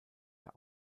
der